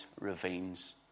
ravines